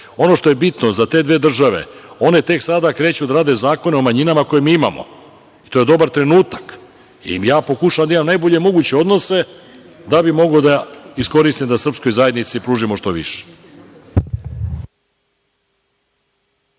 Ono što je bitno za te dve države, one tek sada kreću da rade zakone o manjinama koje mi imamo. To je dobar trenutak. Ja pokušavam da imam najbolje moguće odnose da bi mogao da iskoristim da srpskoj zajednici pružimo što više.